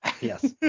yes